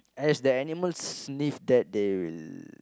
as the animals sniff that they